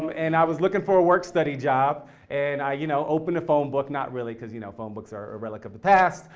and i was looking for a work study job and i you know opened the phone book, not really, cause you know phone books are a relic of the past,